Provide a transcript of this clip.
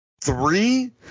Three